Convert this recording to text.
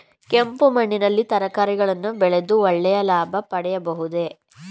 ಕೆಂಪು ಮಣ್ಣಿನಲ್ಲಿ ತರಕಾರಿಗಳನ್ನು ಬೆಳೆದು ಒಳ್ಳೆಯ ಲಾಭ ಪಡೆಯಬಹುದೇ?